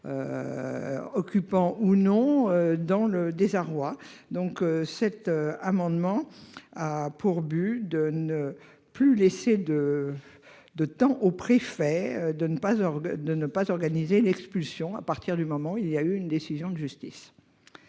Occupants ou non dans le désarroi. Donc cet amendement a pour but de ne plus laisser de. De temps aux préfets de ne pas avoir de ne pas organiser l'expulsion à partir du moment où il y a eu une décision de justice.